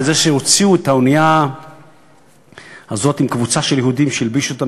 בזה שהוציאו את האונייה הזאת עם קבוצה של יהודים שהלבישו אותם